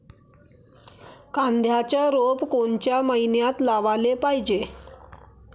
कांद्याचं रोप कोनच्या मइन्यात लावाले पायजे?